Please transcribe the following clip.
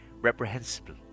reprehensible